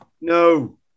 No